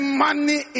money